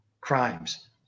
crimes